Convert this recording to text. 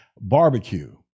barbecue